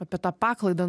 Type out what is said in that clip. apie tą paklaidą